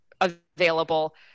available